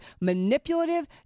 manipulative